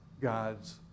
God's